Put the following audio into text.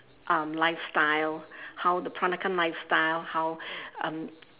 um lifestyle how the peranakan lifestyle how um